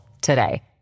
today